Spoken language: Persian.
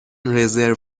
رزرو